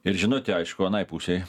ir žinutė aišku anai pusei